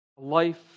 Life